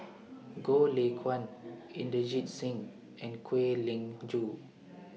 Goh Lay Kuan Inderjit Singh and Kwek Leng Joo